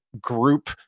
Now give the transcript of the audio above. group